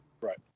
Right